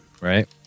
Right